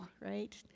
right